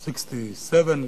sixty-seven,